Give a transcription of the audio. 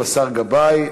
ישיב השר גבאי.